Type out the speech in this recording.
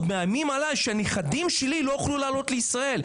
עוד מאיימים עליי שהנכדים שלי לא יוכלו לעלות לישראל.